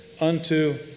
unto